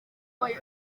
kwari